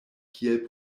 kiel